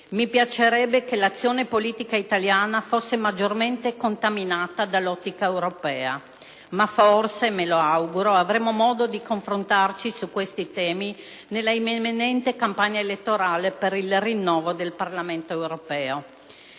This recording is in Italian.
Mi piacerebbe che l'azione politica italiana fosse maggiormente contaminata dall'ottica europea, ma forse - me lo auguro - avremo modo di confrontarci su questi temi nell'imminente campagna elettorale per il rinnovo del Parlamento europeo.